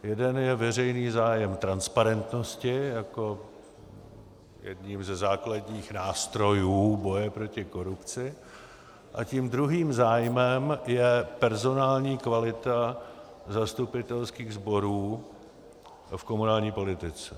Jeden je veřejný zájem transparentnosti jako jeden ze základních nástrojů boje proti korupci a tím druhým zájmem je personální kvalita zastupitelských sborů v komunální politice.